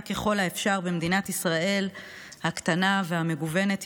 ככל האפשר במדינת ישראל הקטנה והמגוונת,